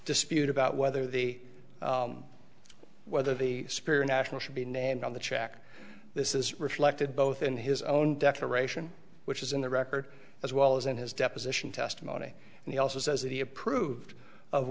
dispute about whether the whether the spirit national should be named on the check this is reflected both in his own declaration which is in the record as well as in his deposition testimony and he also says that he approved of